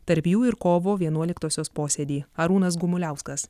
tarp jų ir kovo vienuoliktosios posėdy arūnas gumuliauskas